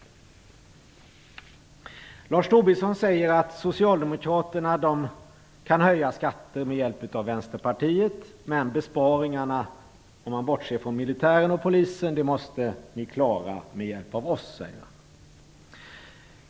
Lars Tobisson säger att Socialdemokraterna kan höja skatter med hjälp av Vänsterpartiet. Men besparingarna, bortsett från militären och polisen, måste klaras med hjälp av oss, menar han.